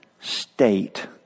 state